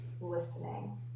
listening